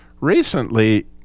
recently